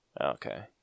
Okay